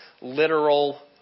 literal